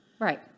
Right